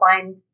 find